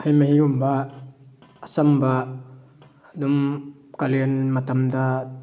ꯍꯩ ꯃꯍꯤꯒꯨꯝꯕ ꯑꯆꯝꯕ ꯑꯗꯨꯝ ꯀꯥꯂꯦꯟ ꯃꯇꯝꯗ